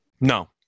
No